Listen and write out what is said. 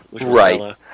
Right